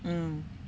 mm